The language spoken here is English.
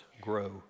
grow